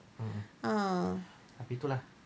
ah